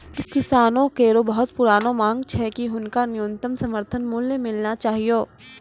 किसानो केरो बहुत पुरानो मांग छै कि हुनका न्यूनतम समर्थन मूल्य मिलना चाहियो